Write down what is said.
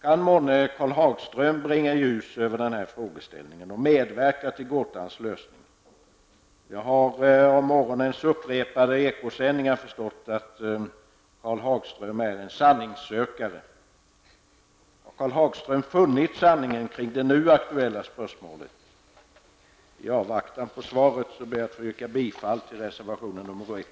Kan månne Karl Hagström bringa ljus över denna frågeställning och medverka till gåtans lösning? Jag har av morgonens upprepade Ekosändningar förstått att Karl Hagström är en sanningssökare. Har Karl Hagström funnit sanningen kring det nu aktuella spörsmålet? I avvaktan på svaret ber jag att få yrka bifall till reservation nr 1.